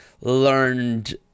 learned